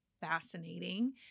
fascinating